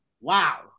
Wow